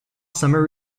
summer